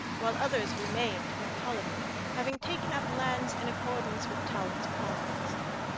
while others remained in the colony, having taken up lands in accordance with talon's plans.